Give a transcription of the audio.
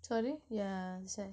sorry yeah that's why